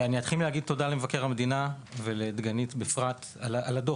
אני אתחיל מלהגיד תודה למבקר המדינה ולדגנית בפרט על הדו"ח.